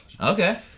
Okay